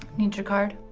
need your card.